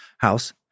House